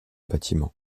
bâtiment